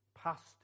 Past